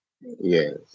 Yes